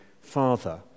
Father